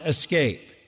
escape